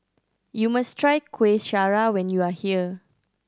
you must try Kueh Syara when you are here